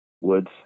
Woods